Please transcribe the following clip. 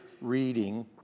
reading